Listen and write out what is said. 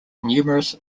numerous